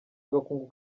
agakungu